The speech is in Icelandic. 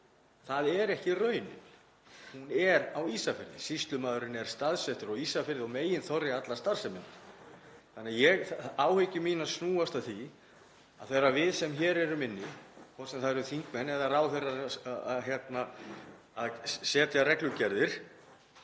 Það er ekki raunin, hún er á Ísafirði. Sýslumaðurinn er staðsettur á Ísafirði og meginþorri allrar starfseminnar. Áhyggjur mínar snúa að því við sem hér erum inni, hvort sem það eru þingmenn eða ráðherrar, setjum reglugerðir